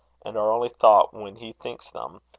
and are only thought when he thinks them,